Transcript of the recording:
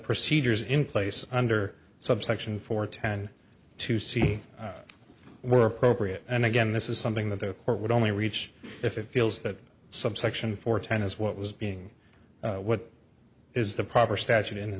procedures in place under subsection four ten to see were appropriate and again this is something that the court would only reach if it feels that subsection four ten is what was being what is the proper statute in th